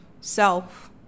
self